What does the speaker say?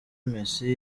messi